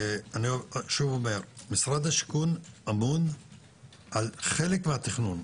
שוב אני אומר: משרד השיכון אמון על חלק מהתכנון,